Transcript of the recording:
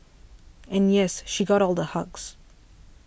and yes she got all the hugs